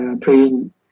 prison